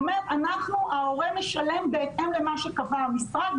ההורה משלם בהתאם למה שקבע המשרד,